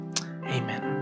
Amen